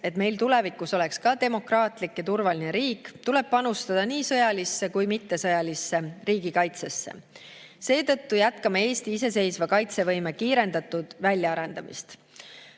et ka tulevikus oleks meil demokraatlik ja turvaline riik, tuleb panustada nii sõjalisse kui mittesõjalisse riigikaitsesse. Seetõttu jätkame Eesti iseseisva kaitsevõime kiirendatud väljaarendamist.